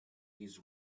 his